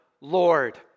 Lord